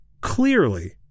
Clearly